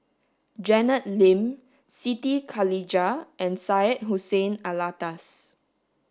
Janet Lim Siti Khalijah and Syed Hussein Alatas